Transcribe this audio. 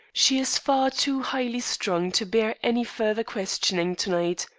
she is far too highly strung to bear any further questioning to-night.